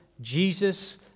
Jesus